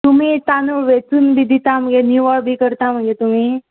तुमी तांदूळ वेंचून बी दिता मगे निवळ बी करता मगे तुमी